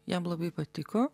jam labai patiko